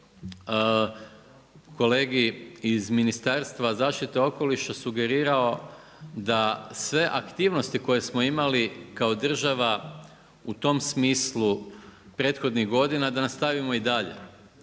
kolegi iz Ministarstva zaštite okoliša, sugerirao da sve aktivnosti koje smo imali kao država u tom smislu prethodnih godina da nastavimo i dalje.